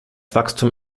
wachstum